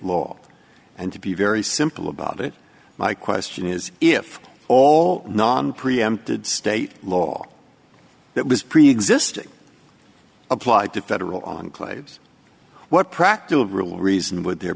law and to be very simple about it my question is if all non preempted state law that was preexisting applied to federal on claves what practical reason would there